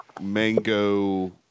mango